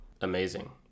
Amazing